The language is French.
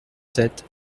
sept